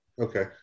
Okay